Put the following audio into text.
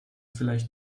vielleicht